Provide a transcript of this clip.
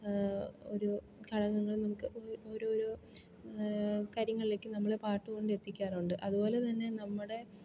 ഒരു ഘടകങ്ങൾ നമുക്ക് ഓരോരോ കാര്യങ്ങളിലേക്ക് നമ്മളെ പാട്ട് കൊണ്ടെത്തിക്കാറുണ്ട് അതുപോലെ തന്നെ നമ്മുടെ